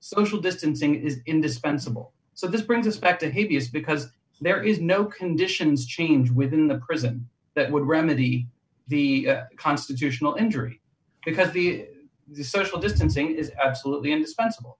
social distancing is indispensable so this brings us back to haiti is because there is no conditions change within the prison that would remedy the constitutional injury because the social distancing is absolutely indispensable